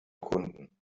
kunden